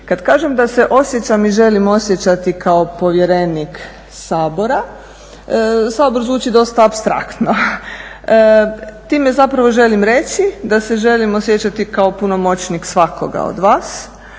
Kad kažem da se osjećam i želim osjećati kao povjerenik Sabora, Sabor zvuči dosta apstraktno. Time zapravo želim reći da se želim osjećati kao punomoćnik svakakoga od vas,